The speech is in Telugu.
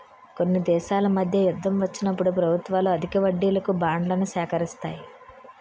కొన్ని దేశాల మధ్య యుద్ధం వచ్చినప్పుడు ప్రభుత్వాలు అధిక వడ్డీలకు బాండ్లను సేకరిస్తాయి